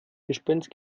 gespenst